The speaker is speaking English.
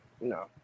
No